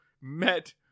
met